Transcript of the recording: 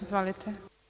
Izvolite.